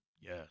Yes